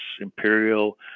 Imperial